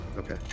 Okay